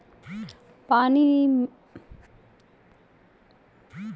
गेहूँ में पानी देने की प्रक्रिया के बाद कौन सा उर्वरक लगाना चाहिए?